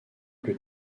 plus